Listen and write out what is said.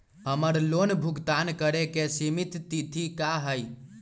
हमर लोन भुगतान करे के सिमित तिथि का हई?